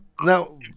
Now